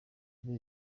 ubu